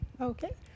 Okay